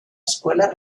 escuela